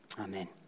amen